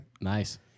Nice